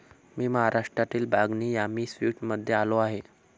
मी महाराष्ट्रातील बागनी यामी स्वीट्समध्ये आलो आहे